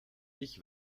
ich